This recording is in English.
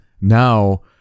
now